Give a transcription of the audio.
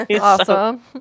Awesome